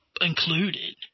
included